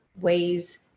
ways